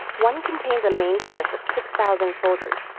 one contains a main force of six thousand soldiers,